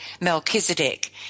Melchizedek